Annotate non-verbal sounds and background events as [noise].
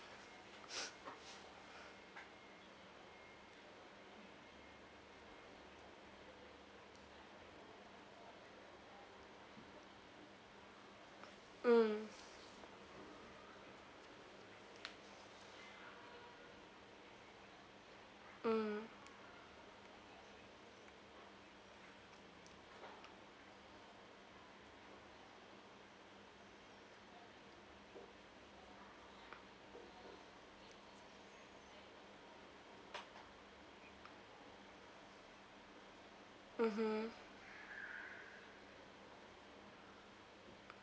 [breath] mm mm mmhmm